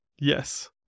Yes